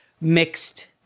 mixed